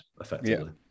effectively